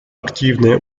активное